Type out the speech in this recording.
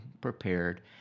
prepared